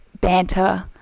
banter